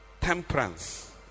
Temperance